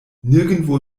nirgendwo